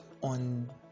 on